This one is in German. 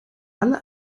alle